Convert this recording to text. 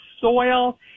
soil